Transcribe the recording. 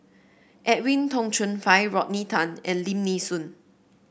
Edwin Tong Chun Fai Rodney Tan and Lim Nee Soon